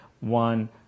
one